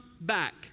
back